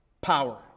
power